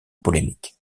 polémique